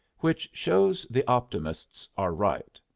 which shows the optimists are right.